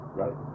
right